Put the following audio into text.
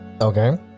okay